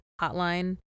Hotline